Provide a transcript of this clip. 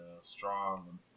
strong